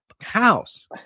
house